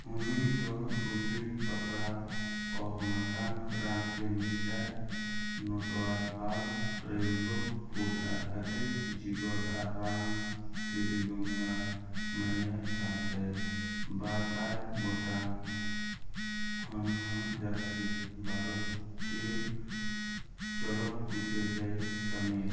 ᱩᱱᱤ ᱫᱚ Roti Kapda Aur Makaan Kranti Mister Natwarlal Prem Rog Phool Aur Kaante Jigar ᱟᱨ ᱨᱟᱢ ᱛᱮᱨᱤ ᱜᱚᱝᱜᱟ ᱢᱟᱭᱟ ᱥᱟᱶᱛᱮ ᱵᱟᱨᱥᱟᱭ ᱜᱚᱴᱟᱝ ᱠᱷᱚᱱ ᱦᱚᱸ ᱡᱟᱹᱥᱛᱤ ᱵᱷᱟᱨᱚᱛᱤᱭᱚ ᱪᱚᱞᱚᱛ ᱪᱤᱛᱟᱹᱨ ᱨᱮᱭ ᱠᱟᱹᱢᱤᱭᱟᱠᱟᱫᱟ